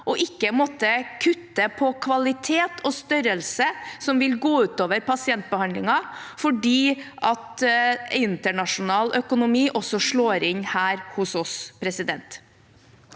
og ikke måtte kutte i kvalitet og størrelse, som vil gå ut over pasientbehandlingen. For det er slik at internasjonal økonomi også slår inn her hos oss. Presidenten